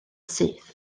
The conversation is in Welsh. syth